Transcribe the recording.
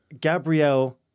Gabrielle